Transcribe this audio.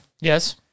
Yes